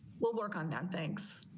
we'll work on that. thanks.